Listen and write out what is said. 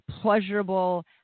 pleasurable